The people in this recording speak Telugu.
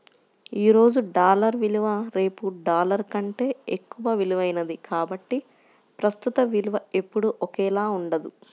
ఈ రోజు డాలర్ విలువ రేపు డాలర్ కంటే ఎక్కువ విలువైనది కాబట్టి ప్రస్తుత విలువ ఎప్పుడూ ఒకేలా ఉండదు